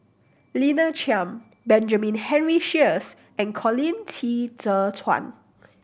Lina Chiam Benjamin Henry Sheares and Colin Qi Zhe Quan